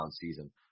season